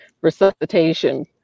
resuscitation